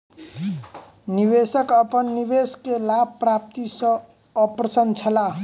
निवेशक अपन निवेश के लाभ प्राप्ति सॅ अप्रसन्न छला